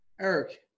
Eric